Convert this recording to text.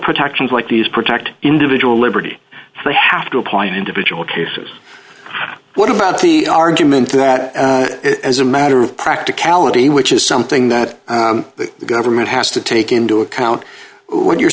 protections like these protected individual liberty they have to apply in individual cases what about the argument that as a matter of practicality which is something that the government has to take into d account what you